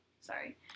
Sorry